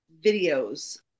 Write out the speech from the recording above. videos